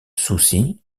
soucy